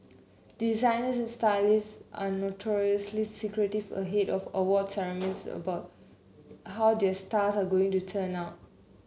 designers and stylists are notoriously secretive ahead of awards ceremonies about how their stars are going to turn out